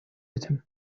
этим